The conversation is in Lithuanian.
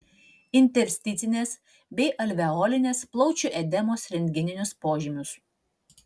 intersticinės bei alveolinės plaučių edemos rentgeninius požymius